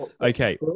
Okay